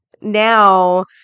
now